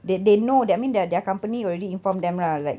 they they know that mean their their company already inform them lah like